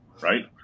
right